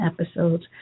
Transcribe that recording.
episodes